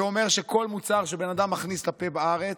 זה אומר שכל מוצר שבן אדם מכניס לפה בארץ,